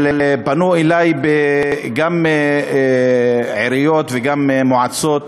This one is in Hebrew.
אבל פנו אלי גם עיריות וגם מועצות